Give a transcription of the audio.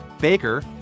baker